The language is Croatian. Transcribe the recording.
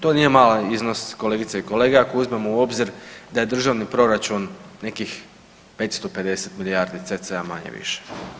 To nije malen iznos kolegice i kolege ako uzmemo u obzir da je državni proračun nekih 550 milijardi cca manje-više.